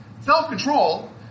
Self-control